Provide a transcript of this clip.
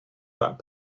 that